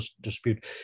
dispute